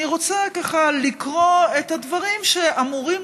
אני רוצה ככה לקרוא את הדברים שאמורים